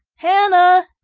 hannah!